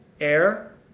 Air